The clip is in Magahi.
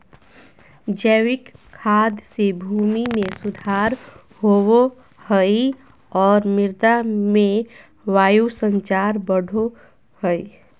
जैविक खाद से भूमि में सुधार होवो हइ और मृदा में वायु संचार बढ़ो हइ